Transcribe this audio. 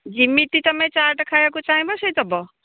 ଯେମିତି ତୁମେ ଚାଟ୍ ଖାଇବାକୁ ଚାହିଁବ ସେ ଦେବ